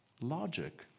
logic